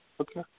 Okay